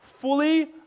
fully